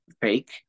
fake